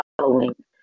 following